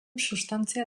substantzia